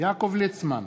יעקב ליצמן,